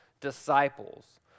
disciples